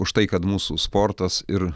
už tai kad mūsų sportas ir